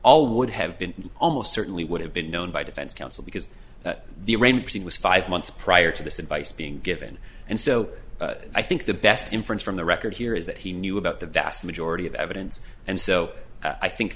all would have been almost certainly would have been known by defense counsel because the thing was five months prior to this advice being given and so i think the best inference from the record here is that he knew about the vast majority of evidence and so i think